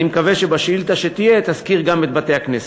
מקווה שבשאילתה שתהיה תזכיר גם את בתי-הכנסת,